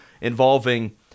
involving